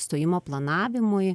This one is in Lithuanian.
stojimo planavimui